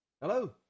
hello